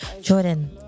Jordan